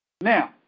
Now